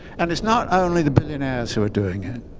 and it's not only the billionaires who are doing it.